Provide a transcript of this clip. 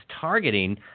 targeting